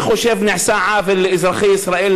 אני חושב שנעשה עוול לאזרחי ישראל,